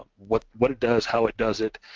what what it does, how it does it,